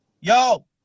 Yo